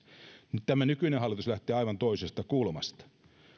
tämä nykyinen hallitus lähtee aivan toisesta kulmasta